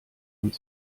und